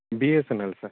BSNL sir